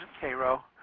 Cairo